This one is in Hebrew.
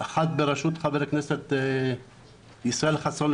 אחד בראשות חבר הכנסת ישראל חסון,